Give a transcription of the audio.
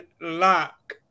lock